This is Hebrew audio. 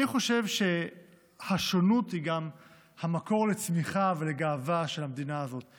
אני חושב שהשונות היא גם המקור לצמיחה ולגאווה של המדינה הזאת.